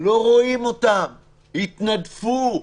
לא רואים אותם, התנדפו.